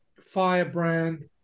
firebrand